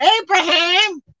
Abraham